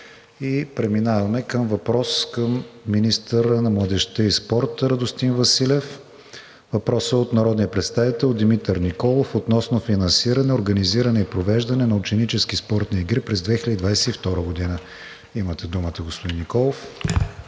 Преминаваме към въпрос към министъра на младежта и спорта Радостин Василев. Въпросът е от народния представител Димитър Николов относно финансиране, организиране и провеждане на ученически спортни игри през 2022 г. Имате думата, господин Николов.